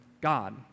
God